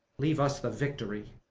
leave us the victory.